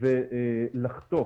ולחתוך